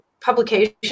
publication